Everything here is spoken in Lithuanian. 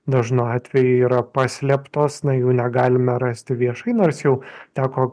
dažnu atveju yra paslėptos na jų negalime rasti viešai nors jau teko